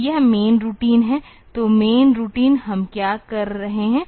तो यह main routine है तो मैन रूटीन हम क्या कर रहे हैं